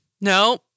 No